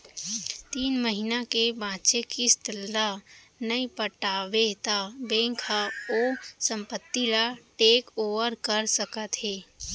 तीन महिना के बांचे किस्त ल नइ पटाबे त बेंक ह ओ संपत्ति ल टेक ओवर कर सकत हे